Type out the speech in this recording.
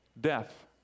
Death